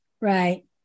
Right